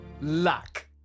Luck